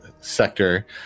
sector